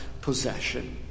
possession